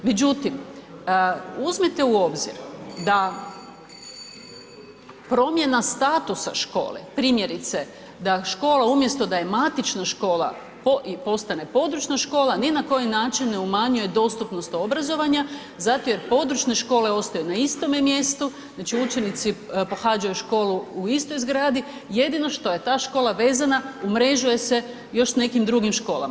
Međutim, uzmite u obzir da promjena statusa škole, primjerice da škola umjesto da je matična škola i postane područna škola ni na koji način ne umanjuje dostupnost obrazovanja zato jer područne škole ostaju na istome mjestu, znači učenici pohađaju školu u istoj zgradi, jedino što je ta škola vezana umrežuje se s još nekim drugim školama.